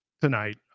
tonight